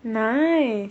nice